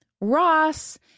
Ross